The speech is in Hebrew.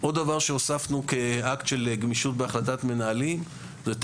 עוד דבר שהוספנו כאקט של גמישות בהחלטת מנהלים זה את